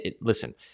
Listen